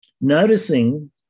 noticing